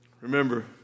Remember